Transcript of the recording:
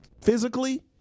physically